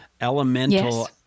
elemental